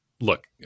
Look